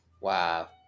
Wow